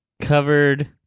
covered